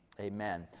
Amen